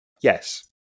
Yes